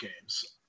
games